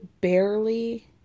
barely